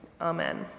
amen